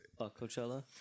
coachella